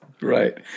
Right